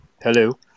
Hello